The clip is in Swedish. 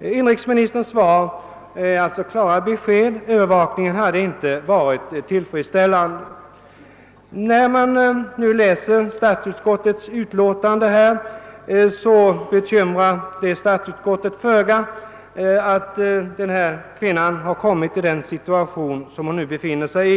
Inrikesministern gav klart besked: övervakningen hade inte varit tillfredsställande. När man nu läser statsutskottets utlåtande finner man att det bekymrar statsutskottet föga att kvinnan har kommit i den situation som hon nu befinner sig i.